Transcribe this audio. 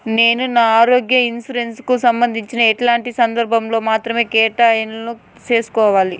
నేను నా ఆరోగ్య ఇన్సూరెన్సు కు సంబంధించి ఎట్లాంటి సందర్భాల్లో మాత్రమే క్లెయిమ్ సేసుకోవాలి?